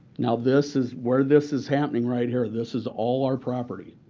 now, this is where this is happening right here, this is all our property.